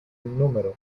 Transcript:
nro